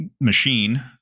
machine